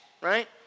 right